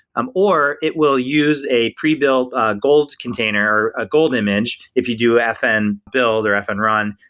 um or it will use a pre-built ah gold container, a gold image if you do fn build or fn run,